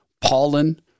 pollen